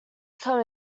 come